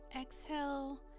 exhale